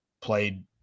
played